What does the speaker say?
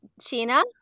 Sheena